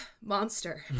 monster